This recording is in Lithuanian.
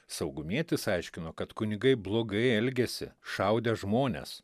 saugumietis aiškino kad kunigai blogai elgėsi šaudę žmones